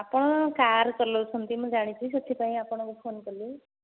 ଆପଣ କାର୍ ଚଲଉଛନ୍ତି ମୁଁ ଜାଣିଛି ସେଇଥିପାଇଁ ଆପଣଙ୍କୁ ଫୋନ୍ କଲି